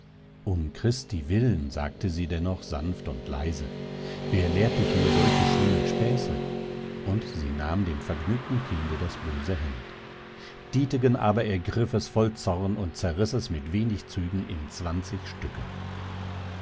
um christi willen sagte sie dennoch sanft und leise wer lehrt dich nur solche schlimmen späße und sie nahm dem vergnügten kinde das böse hemd dietegen aber ergriff es voll zorn und zerriß es mit wenig zügen in zwanzig stücke